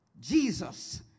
Jesus